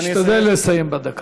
תשתדל לסיים בדקה.